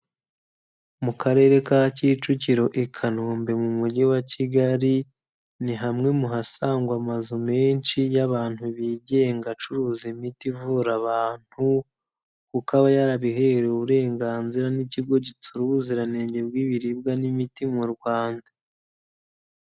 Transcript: Mu karere ka Kicukiro, i Kanombe mu mujyi wa Kigali, ni hamwe muhasangwa amazu menshi y'abantu bigenga acuruza imiti ivura abantu, kuko aba yarabiherewe uburenganzira n'ikigo gitsura ubuziranenge bw'ibiribwa n'imiti mu Rwanda.